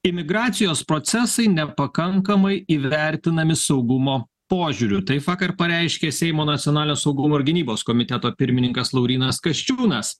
imigracijos procesai nepakankamai įvertinami saugumo požiūriu taip vakar pareiškė seimo nacionalinio saugumo ir gynybos komiteto pirmininkas laurynas kasčiūnas